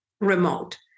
remote